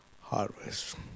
harvest